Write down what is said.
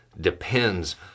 depends